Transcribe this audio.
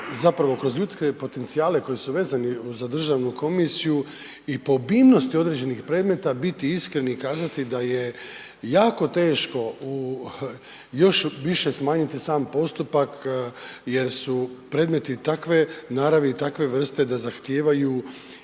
treba kroz ljudske potencijale koji su vezani za državnu komisiju i po obimnosti određenih predmeta biti iskreni i kazati da je jako teško još više smanjiti sam postupak jer su predmeti takve naravi i takve vrste da zahtijevaju